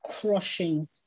crushing